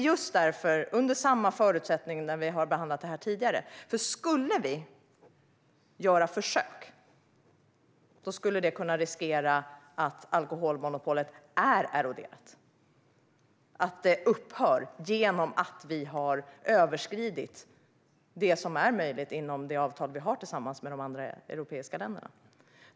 Förutsättningarna är desamma som när vi behandlat detta tidigare. Skulle vi göra försök skulle det nämligen kunna riskera att erodera alkoholmonopolet - att det upphör genom att vi har överskridit det som är möjligt enligt det avtal vi har med de andra europeiska länderna.